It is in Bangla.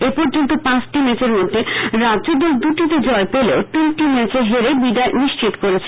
এ পর্যন্ত পাঁচটি ম্যাচের মধ্যে রাজ্যদল দুটিতে জয় পেলেও তিনটি ম্যাচে হেরে বিদায় নিশ্চিত করেছে